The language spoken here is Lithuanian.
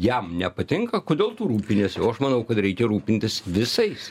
jam nepatinka kodėl tu rūpiniesi o aš manau kad reikia rūpintis visais